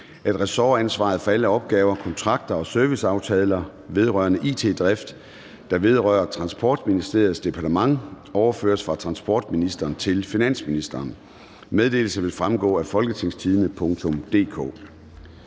at ressortansvaret for alle opgaver, kontrakter og serviceaftaler vedrørende it-drift, der vedrører Transportministeriets departement, overføres fra transportministeren til finansministeren. Meddelelsen vil fremgå af www.folketingstidende.dk